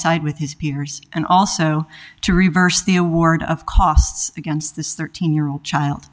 side with his peers and also to reverse the award of costs against this thirteen year old child